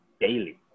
daily